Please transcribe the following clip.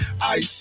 ice